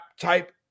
type